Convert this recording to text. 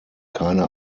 keine